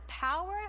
power